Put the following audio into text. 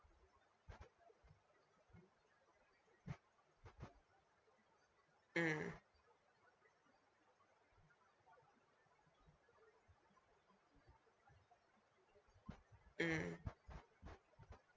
mm mm